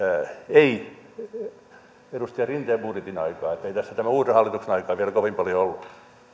ei edustaja rinteen budjetin aikaa ettei tässä tämän uuden hallituksen aikaa vielä kovin paljoa ole ollut